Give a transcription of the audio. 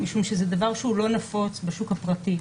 משום שזה דבר שהוא לא נפוץ בשוק הפרטי.